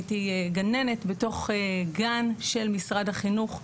גננת בגן של משרד החינוך,